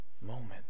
moment